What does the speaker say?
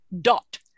dot